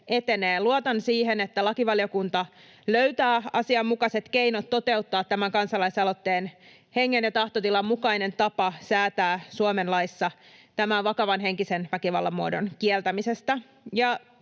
Luotan siihen, että lakivaliokunta löytää asianmukaiset keinot toteuttaa tämän kansalaisaloitteen hengen ja tahtotilan mukaisen tavan säätää Suomen laissa tämän vakavan henkisen väkivallan muodon kieltämisestä.